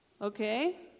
Okay